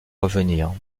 revenir